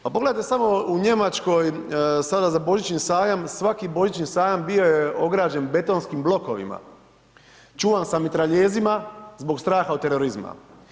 Pa pogledajte samo u Njemačkoj sada za Božićni sajam, svaki Božićni sajam bio je ograđen betonskim blokovima, čuvan sa mitraljezima zbog straha od terorizma.